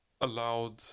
allowed